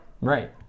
Right